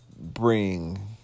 bring